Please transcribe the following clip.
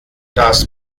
das